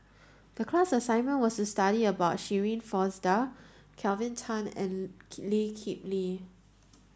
the class assignment was study about Shirin Fozdar Kelvin Tan and Lee Kip Lee